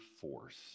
force